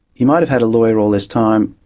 you might have had a lawyer all this time,